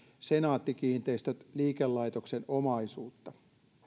senaatti kiinteistöt liikelaitoksen omaisuutta